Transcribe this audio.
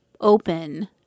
open